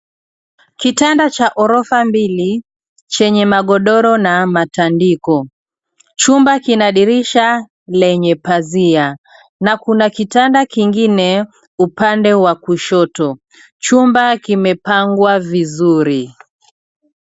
Kitanda cha orofa mbili chenye magodoro na matandiko. Chumba kina dirisha lenye pazia na kuna kitanda kingine upande wa kushoto. Chumba kimepangwa vizuri.